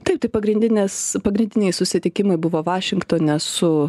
taip tai pagrindinės pagrindiniai susitikimai buvo vašingtone su